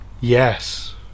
yes